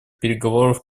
переговоров